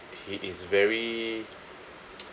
he is very